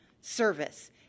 service